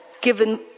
given